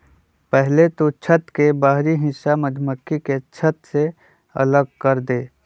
पहले तु छत्त के बाहरी हिस्सा मधुमक्खी के छत्त से अलग करदे